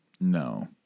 No